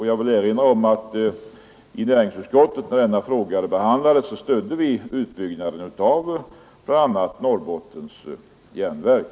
Jag vill understryka att vi när denna fråga behandlades i näringsutskottet stödde utbyggnaden av bl.a. Norrbottens järnverk.